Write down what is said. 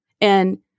And-